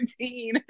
routine